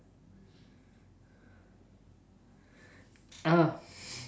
ah